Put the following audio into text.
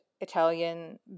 Italian